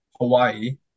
Hawaii